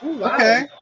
Okay